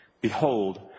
Behold